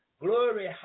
Glory